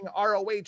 ROH